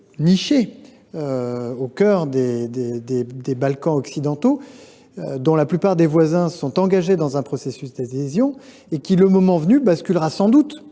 niché au cœur des Balkans occidentaux, dont la plupart des voisins sont engagés dans un processus d’adhésion et qui, le moment venu, basculera sans doute